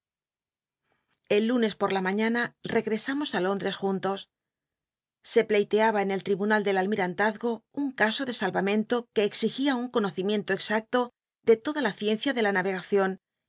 el lunes por la mañana regresamos á lóndres juntos se pleiteaba en el tribunal del almirantazgo un caso de salramento que exigía un conocimiento oxacto de toda la ciencia de la navegacion y